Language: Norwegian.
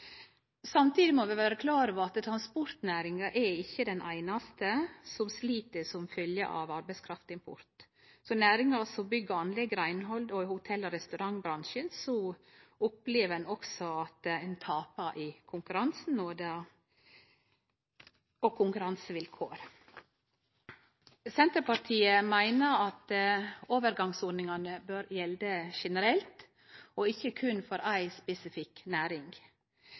Samtidig må vi vere klar over at transportnæringa ikkje er den einaste som slit som følgje av arbeidskraftimport. I næringar som bygg og anlegg, reinhald og hotell- og restaurantbransjen opplever ein også at ein tapar i konkurransen. Senterpartiet meiner at overgangsordningane bør gjelde generelt og ikkje berre for ei spesifikk næring.